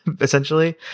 essentially